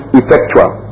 effectual